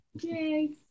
Yay